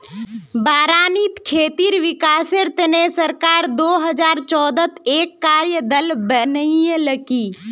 बारानीत खेतीर विकासेर तने सरकार दो हजार चौदहत एक कार्य दल बनैय्यालकी